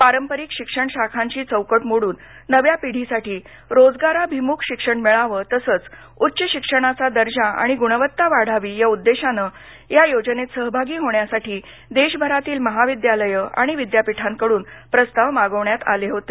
पारंपरिक शिक्षण शाखांची चौकट मोडून नव्या पिढीसाठी रोजगाराभिमुख शिक्षण मिळावं तसंच उच्च शिक्षणाचा दर्जा आणि गुणवत्ता वाढावी या उद्देशानं या योजनेत सहभागी होण्यासाठी देशभरातील महाविद्यालयं आणि विद्यापीठांकडून प्रस्ताव मागवण्यात आले होते